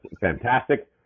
fantastic